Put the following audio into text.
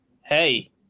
hey